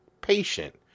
patient